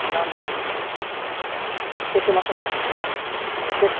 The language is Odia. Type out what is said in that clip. ଡାଉନ ପେମେଣ୍ଟ କେତେ ମାସକୁ କେ